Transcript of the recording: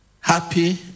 happy